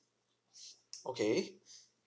okay